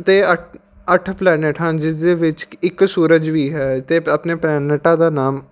ਅਤੇ ਅਠ ਅੱਠ ਪਲੈਨਟ ਹਨ ਜਿਸਦੇ ਵਿੱਚ ਕਿ ਇੱਕ ਸੂਰਜ ਵੀ ਹੈ ਅਤੇ ਆਪਣੇ ਪਲੈਨਟਾਂ ਦਾ ਨਾਮ